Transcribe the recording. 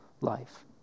life